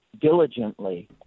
diligently